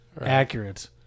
accurate